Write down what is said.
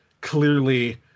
clearly